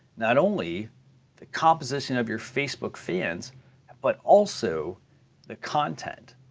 not only the composition of your facebook fans but also the content.